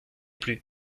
plus